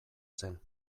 zen